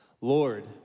Lord